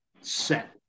set